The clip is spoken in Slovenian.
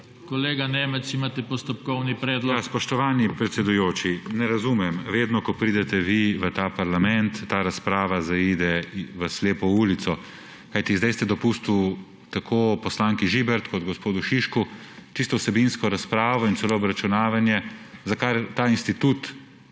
Kolega Nemec, imate postopkovni predlog? (Da.) MATJAŽ NEMEC (PS SD): Spoštovani predsedujoči, ne razumem. Vedno ko pridete vi v ta parlament, razprava zaide v slepo ulico. Kajti zdaj ste dopustili tako poslanki Žibert kot gospodu Šišku čisto vsebinsko razpravo in celo obračunavanje, za kar ta institut